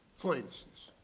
places.